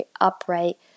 upright